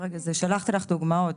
שלחתי לך דוגמאות.